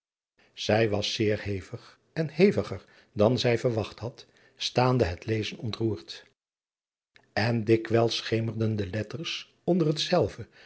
ij was zeer hevig en heviger dan zij verwacht had staande het lezen ontroerd en dikwijls schemerden de